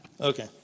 Okay